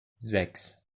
sechs